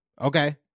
Okay